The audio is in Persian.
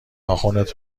ناخنت